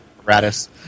apparatus